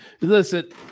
Listen